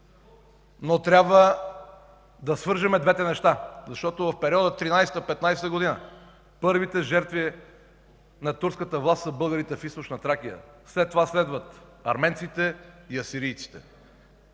но трябва да свържем двете неща, защото в периода 1913 – 1915 г. първите жертви на турската власт са българите в Източна Тракия, след това следват арменците и асирийците.